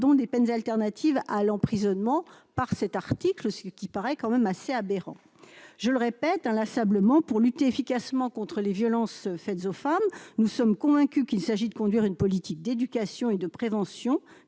pardon, des peines alternatives à l'emprisonnement par cet article, ce qui paraît quand même assez aberrant, je le répète inlassablement pour lutter efficacement contre les violences faites aux femmes, nous sommes convaincus qu'il s'agit de conduire une politique d'éducation et de prévention